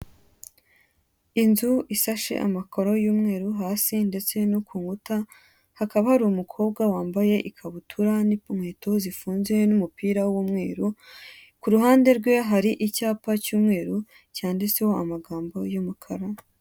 Inzu isashe amakoro y'umweru hasi ndetse no ku nkuta, hakaba hari umukobwa wambaye ikabutura n'inkweto zifunze n'umupira w'umweru, ku ruhande rwe hari icyapa cy'umweru, cyanditseho amagambo y'umukara.